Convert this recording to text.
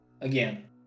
again